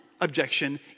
objection